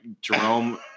Jerome